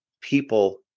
people